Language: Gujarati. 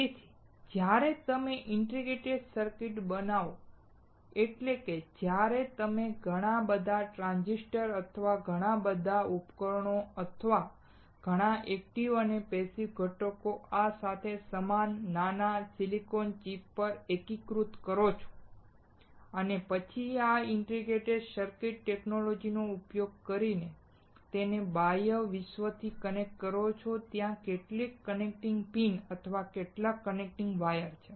તેથી જ્યારે તમે ઇન્ટિગ્રેટેડ સર્કિટ બનાવો એટલે કે જ્યારે તમે ઘણાં ટ્રાંઝિસ્ટર અથવા ઘણા બધા ઉપકરણો અથવા ઘણાં એક્ટિવ અને પેસીવ ઘટકો આ સાથે સમાન નાના સિલિકોન ચિપ પર એકીકૃત કરો છો અને પછી આ ઇન્ટિગ્રેટેડ સર્કિટ ટેકનોલોજીનો ઉપયોગ કરીને તેને બાહ્ય વિશ્વથી કનેક્ટ કરોત્યાં કેટલીક કનેક્ટિંગ પિન અને કેટલાક કનેક્ટિંગ વાયર છે